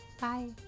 bye